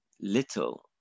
little